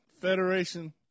Federation